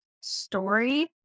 story